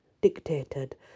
dictated